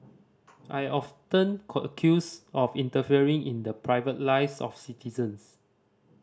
I often accused of interfering in the private lives of citizens